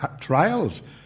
trials